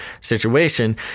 situation